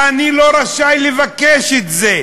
אני לא רשאי לבקש את זה.